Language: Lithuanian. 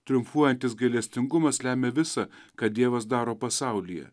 triumfuojantis gailestingumas lemia visa ką dievas daro pasaulyje